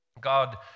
God